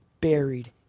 buried